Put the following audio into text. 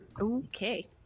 Okay